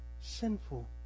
sinful